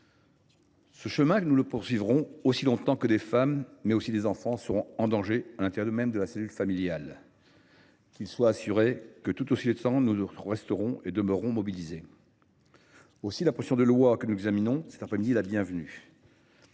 Ce chemin, nous le poursuivrons aussi longtemps que des femmes, mais aussi des enfants, seront en danger à l’intérieur même de la cellule familiale. Qu’ils soient assurés que, tout du long, nous demeurerons mobilisés ! À cet égard, la proposition de loi que nous examinons cet après midi est la bienvenue.